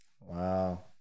Wow